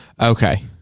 Okay